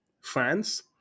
fans